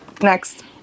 next